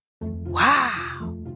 Wow